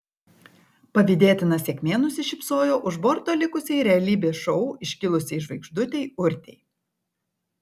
pavydėtina sėkmė nusišypsojo už borto likusiai realybės šou iškilusiai žvaigždutei urtei